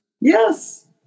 Yes